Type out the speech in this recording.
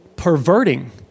perverting